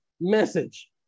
message